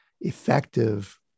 effective